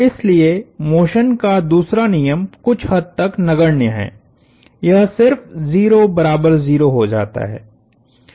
इसलिए मोशन का दूसरा नियम कुछ हद तक नगण्य है यह सिर्फ 0 बराबर 0 हो जाता है